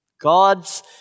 God's